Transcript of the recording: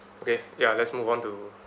okay ya let's move on to